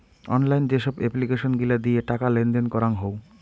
online যেসব application গিলা দিয়ে টাকা লেনদেন করাঙ হউ